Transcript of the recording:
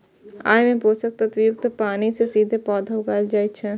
अय मे पोषक तत्व युक्त पानि मे सीधे पौधा उगाएल जाइ छै